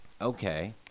Okay